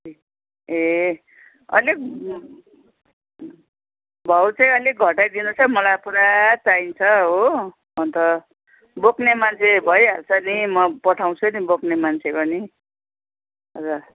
ए अलिक भाउ चाहिँ अलिक घटाई दिनु होस् है मलाई पुरा चाहिन्छ हो अन्त बोक्ने मान्छे भइहाल्छ नि म पठाउँछु नि बोक्ने मान्छे पनि हजुर